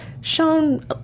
shown